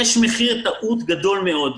יש מחיר טעות גדול מאוד.